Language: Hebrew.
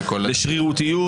לשרירותיות.